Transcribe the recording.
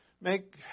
Make